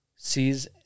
Sees